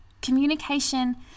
Communication